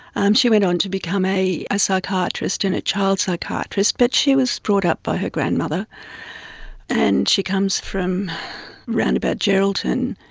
um she went on to become a ah psychiatrist and a child psychiatrist, but she was brought up by her grandmother and she comes from around about geraldton.